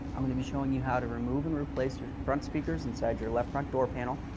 i'm going to be showing you how to remove and replace your front speakers inside your left front door panel.